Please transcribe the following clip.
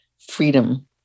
freedom